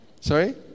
Sorry